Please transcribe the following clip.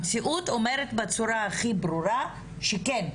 המציאות אומרת בצורה הכי ברורה כן,